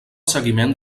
seguiment